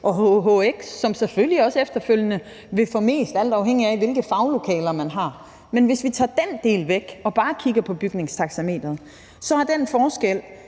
et hhx, som selvfølgelig også efterfølgende vil få mest, alt afhængigt af hvilke faglokaler man har. Men hvis vi tager den del væk og bare kigger på bygningstaxameteret, er den forskel